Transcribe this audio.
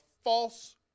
false